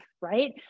right